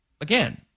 Again